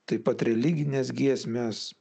taip pat religinės giesmės